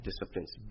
disciplines